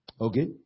Okay